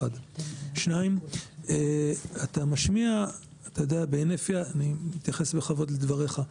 שנית, אני מתייחס בכבוד לדבריך.